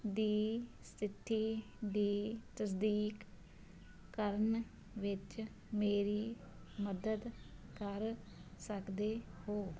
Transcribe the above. ਦੀ ਸਥਿਤੀ ਦੀ ਤਸਦੀਕ ਕਰਨ ਵਿੱਚ ਮੇਰੀ ਮਦਦ ਕਰ ਸਕਦੇ ਹੋ